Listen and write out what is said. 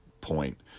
point